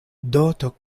doto